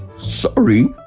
sorry!